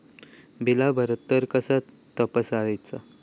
Bill भरला तर कसा तपसायचा?